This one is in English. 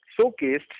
showcased